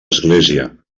església